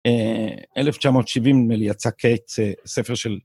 1970 נדמה לי, יצא קץ, ספר של...